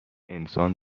انسان